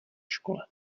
škole